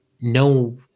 no